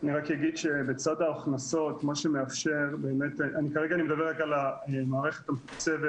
אני רק אגיד שבצד ההכנסות כרגע אני מדבר רק על המערכת המתוקצבת,